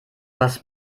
was